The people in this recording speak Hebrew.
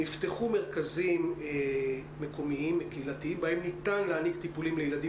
נפתחו מרכזים מקומיים וקהילתיים בהם ניתן להעניק טיפולים לילדים